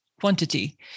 quantity